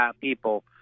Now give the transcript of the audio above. people